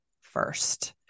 first